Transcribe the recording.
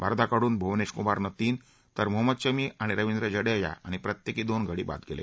भारताकडून भुवनेक्षर कुमारनं तीन तर मोहम्मद शमी आणि रविंद्र जडेजा यांनी प्रत्येकी दोन गडी बाद केले